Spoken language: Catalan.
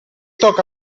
toca